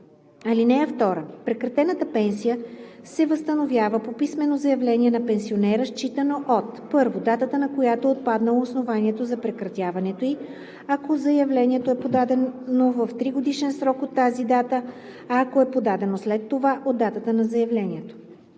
(2) Прекратената пенсия се възстановява по писмено заявление на пенсионера, считано от: 1. датата, на която е отпаднало основанието за прекратяването ѝ, ако заявлението е подадено в тригодишен срок от тази дата, а ако е подадено след това – от датата на заявлението;